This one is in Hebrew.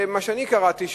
ממה שאני קראתי,